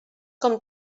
com